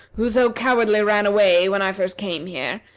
who so cowardly ran away when i first came here,